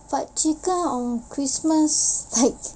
but chicken on christmas like